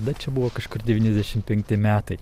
bet čia buvo kažkur devyniasdešimt penkti metai